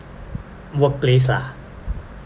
workplace lah